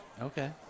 Okay